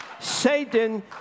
Satan